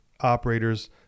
operators